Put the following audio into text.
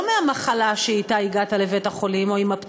לא מהמחלה שאתה הגעת לבית-החולים, או הפציעה,